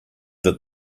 that